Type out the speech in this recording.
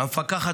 המפקחת